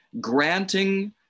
granting